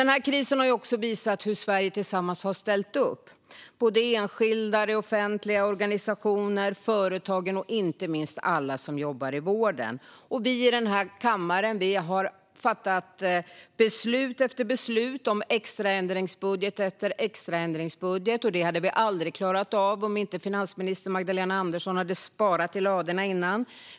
Men krisen har också visat hur Sverige tillsammans har ställt upp: enskilda människor, det offentliga, organisationer, företag och inte minst alla som jobbar i vården. Vi i den här kammaren har fattat beslut efter beslut om extraändringsbudget efter extraändringsbudget, och det hade vi aldrig klarat av om inte finansminister Magdalena Andersson hade sparat i ladorna tidigare.